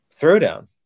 throwdown